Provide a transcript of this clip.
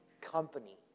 Company